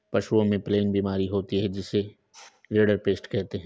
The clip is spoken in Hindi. पशुओं में प्लेग बीमारी होती है जिसे रिंडरपेस्ट कहते हैं